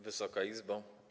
Wysoka Izbo!